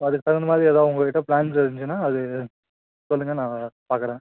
so அதற்குத் தகுந்த மாதிரி ஏதாவது உங்கள்கிட்ட ப்ளான்ஸ் இருந்துச்சுன்னா அது சொல்லுங்கள் நான் பார்க்கறேன்